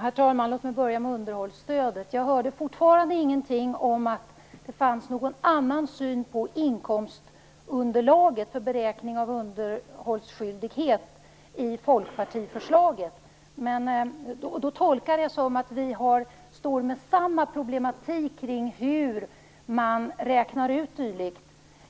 Herr talman! Jag börjar med underhållsstödet. Jag har ännu inte hört något om att det i folkpartiförslaget skulle finnas en annan syn på inkomstunderlaget vid beräkning av underhållsskyldigheten. Jag tolkar därför att vi står där med samma problematik när det gäller hur man räknar ut dylikt.